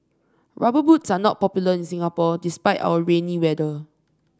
rubber boots are not popular in Singapore despite our rainy weather